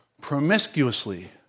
promiscuously